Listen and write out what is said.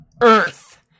earth